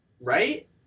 right